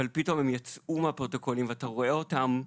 אבל פתאום הם יצאו מהפרוטוקולים, ואתה רואה אותם.